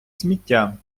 сміття